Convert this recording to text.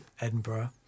Edinburgh